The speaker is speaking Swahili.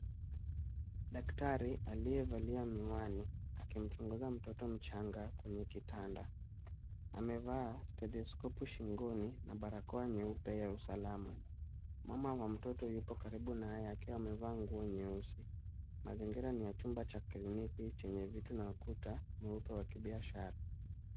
Daktari, aliyevalia miwani akimchunguza mtoto mchanga kwenye kitanda, amevaa stetoscopu shingoni na barakoa nyeupe ya usalama. Mama wa mtoto yupo karibu naye akiwa amevaa nguo nyeusi. Mazingira ni ya chumba cha kliniki chenye vitu na ukuta mweupe wa kibiashara.